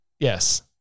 Yes